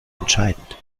entscheidend